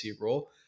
role